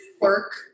work